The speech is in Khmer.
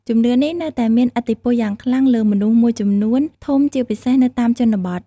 ជំនឿនេះនៅតែមានឥទ្ធិពលយ៉ាងខ្លាំងលើមនុស្សមួយចំនួនធំជាពិសេសនៅតាមជនបទ។